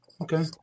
okay